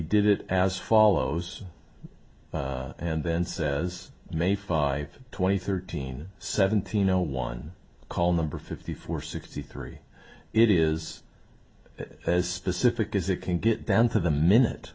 did it as follows and then says may five twenty thirteen seventeen zero one call number fifty four sixty three it is as specific as it can get down to the minute